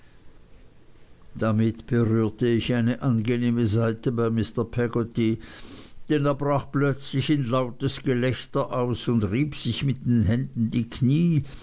damit berührte ich eine angenehme seite bei mr peggotty denn er brach plötzlich in lautes gelächter aus und rieb sich mit den händen die kniee